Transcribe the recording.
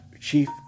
Chief